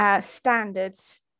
standards